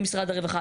ממשרד הרווחה,